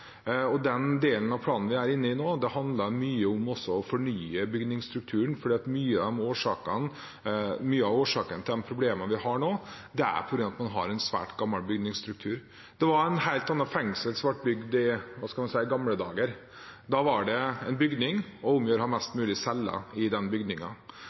og den delen av planen vi er inne i nå, handler mye også om å fornye bygningsstrukturen, for mye av årsaken til de problemene vi har nå, er at man har en svært gammel bygningsstruktur. Det var helt andre fengsler som ble bygd i – skal vi si – gamle dager. Da var det en bygning og